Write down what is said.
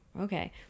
okay